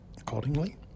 accordingly